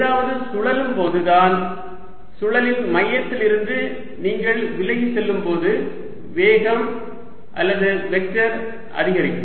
ஏதாவது சுழலும் போது தான் சுழலின் மையத்திலிருந்து நீங்கள் விலகிச் செல்லும் போது வேகம் அல்லது வெக்டர் அதிகரிக்கும்